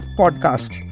podcast